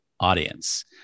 audience